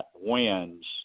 wins